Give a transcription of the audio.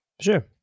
Sure